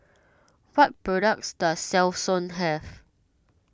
what products does Selsun have